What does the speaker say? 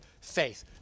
faith